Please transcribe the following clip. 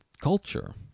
culture